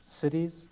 cities